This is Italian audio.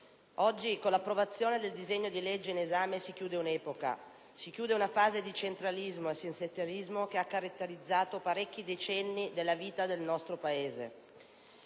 oggi con l'approvazione del disegno di legge in esame si chiude un'epoca, si chiude una fase di centralismo ed assistenzialismo che ha caratterizzato parecchi decenni della vita del nostro Paese.